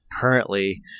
currently